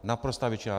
Naprostá většina.